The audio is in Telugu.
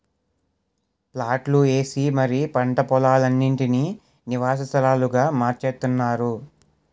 ప్లాట్లు ఏసి మరీ పంట పోలాలన్నిటీనీ నివాస స్థలాలుగా మార్చేత్తున్నారు